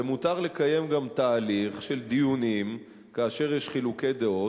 ומותר גם לקיים תהליך של דיונים כאשר יש חילוקי דעות,